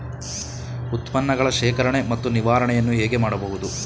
ಉತ್ಪನ್ನಗಳ ಶೇಖರಣೆ ಮತ್ತು ನಿವಾರಣೆಯನ್ನು ಹೇಗೆ ಮಾಡಬಹುದು?